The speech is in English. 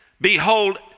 behold